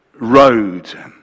road